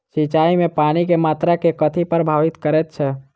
सिंचाई मे पानि केँ मात्रा केँ कथी प्रभावित करैत छै?